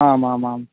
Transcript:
आमामाम्